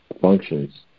functions